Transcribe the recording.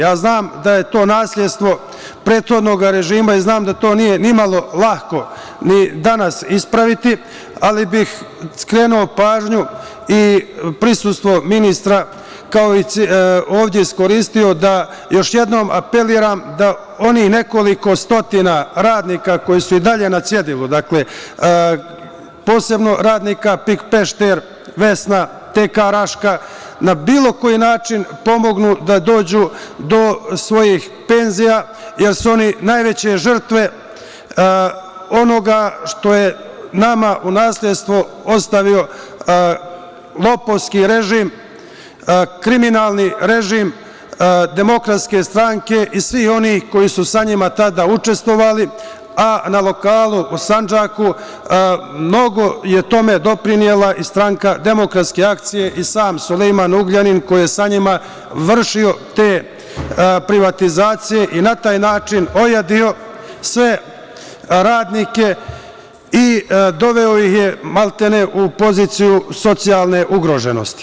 Ja znam da je to nasledstvo prethodnog režima i znam da to nije ni malo lako ni danas ispraviti, ali bih skrenuo pažnju i prisustvo ministra, kao i ovde iskoristio da još jednom apelujem da onih nekoliko stotina radnika koji su i dalje na cedilu, posebno radnika PIK Pešter, „Vesna“, TK „Raška“ na bilo koji način pomognu da dođu do svojih penzija, jer su oni najveće žrtve onoga što je nama u nasledstvo ostavio lopovski režim, kriminalni režim DS i svih onih koji su sa njima tada učestvovali, a na lokalu u Sandžaku mnogo je tome doprinela i Stranka demokratske akcije i sam Sulejman Ugljanin, koji je sa njima vršio te privatizacije i na taj način ojadio sve radnike i doveo ih je, maltene, u poziciju socijalne ugroženosti.